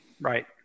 Right